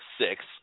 six